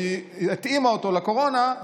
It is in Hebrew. שהיא התאימה אותו לקורונה,